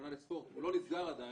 העליונה לספורט, הוא לא נסגר עדיין.